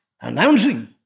announcing